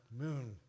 moon